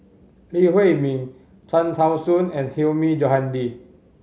Lee Huei Min Cham Tao Soon and Hilmi Johandi